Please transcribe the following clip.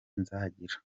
nzagira